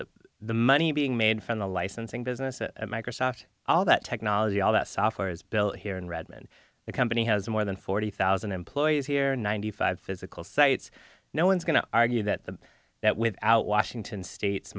have the money being made from the licensing business and microsoft all that technology all that software is built here in redmond the company has more than forty thousand employees here ninety five physical sites no one's going to argue that the that without washington state's